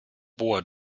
bor